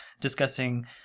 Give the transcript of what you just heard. discussing